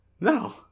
No